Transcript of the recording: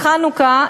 בחנוכה,